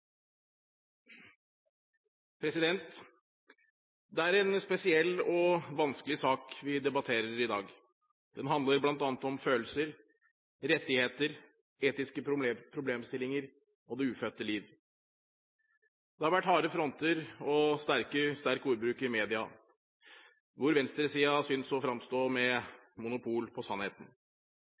Det er en spesiell og vanskelig sak vi debatterer i dag. Den handler bl.a. om følelser, rettigheter, etiske problemstillinger og det ufødte liv. Det har vært harde fronter og sterk ordbruk i media, hvor venstresiden har syntes å fremstå med monopol på sannheten.